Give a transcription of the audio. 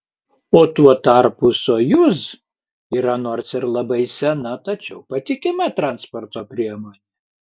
o tuo tarpu sojuz yra nors ir labai sena tačiau patikima transporto priemonė